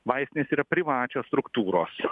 vaistinės ir privačios struktūros